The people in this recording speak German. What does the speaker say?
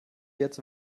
jetzt